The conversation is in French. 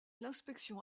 l’inspection